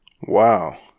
Wow